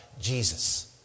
Jesus